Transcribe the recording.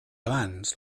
abans